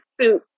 suit